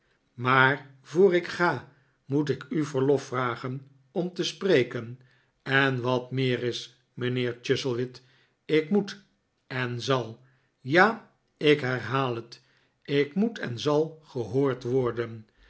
maar voor ik ga moet ik u verlof vragen om te spreken en wat meer is mijnheer chuzzlewit ik moet en zal ja ik herhaal het ik moet en zal gehoord worden